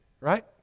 Right